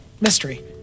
Mystery